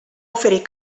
oferir